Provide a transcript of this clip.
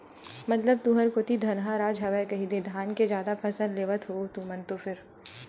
मतलब तुंहर कोती धनहा राज हरय कहिदे धाने के जादा फसल लेवत होहू तुमन तो फेर?